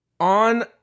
On